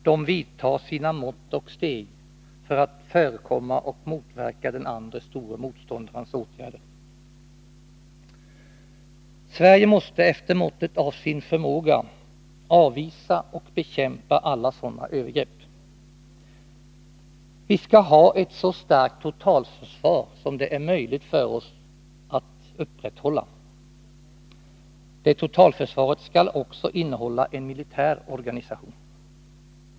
De vidtar sina mått och steg för att förekomma och motverka den andre store motståndarens åtgärder. Sverige måste efter måttet av sin förmåga avvisa och bekämpa alla sådana övergrepp. Vi skall ha ett så starkt totalförsvar som det är möjligt för oss att upprätthålla. Det totalförsvaret skall också innehålla en militär organisation.